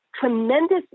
tremendous